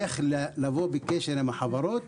איך לבוא בקשר עם החברות